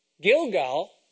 Gilgal